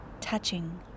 touching